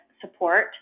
support